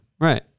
Right